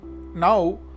now